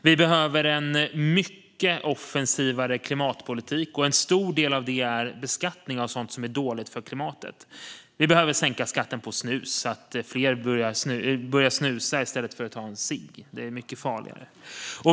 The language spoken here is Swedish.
Vi behöver en mycket offensivare klimatpolitik, och en stor del av den är beskattning av sådant som är dåligt för klimatet. Vi behöver sänka skatten på snus så att fler börjar snusa i stället för att ta en cigg - det är mycket farligare.